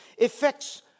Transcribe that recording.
affects